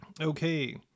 okay